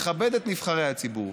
לכבד את נבחרי הציבור,